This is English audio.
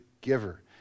giver